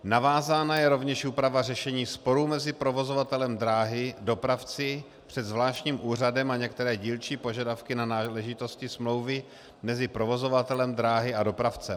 Navázána je rovněž úprava řešení sporu mezi provozovatelem dráhy a dopravci před zvláštním úřadem a některé dílčí požadavky na náležitosti smlouvy mezi provozovatelem dráhy a dopravcem.